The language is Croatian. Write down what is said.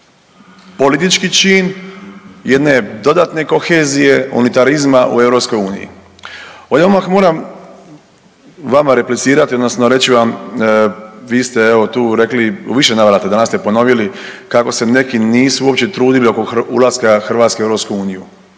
politički čin jedne dodatne kohezije, unitarizma u EU. Ovdje odmah moram vama replicirati odnosno reći vam vi ste evo tu rekli u više navrata danas ste ponoviti kako se neki nisu uopće trudili oko ulaska Hrvatske u EU.